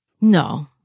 No